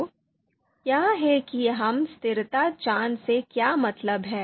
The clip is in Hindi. तो यह है कि हम स्थिरता जांच से क्या मतलब है